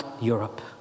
Europe